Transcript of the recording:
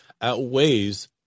outweighs